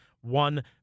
one